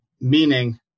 Meaning